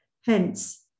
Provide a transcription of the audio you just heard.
Hence